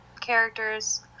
characters